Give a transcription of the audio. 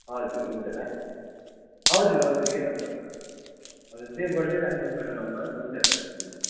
हजुर हुन्छ दा हजुर हजुर यही नम्बरमा हजुर सेभ गरिदिई राख्नुहोस् मेरो नम्बर हुन्छ दा हुन्छ